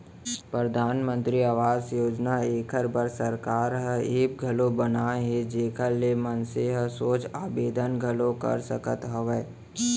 परधानमंतरी आवास योजना एखर बर सरकार ह ऐप घलौ बनाए हे जेखर ले मनसे ह सोझ आबेदन घलौ कर सकत हवय